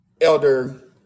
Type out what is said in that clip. Elder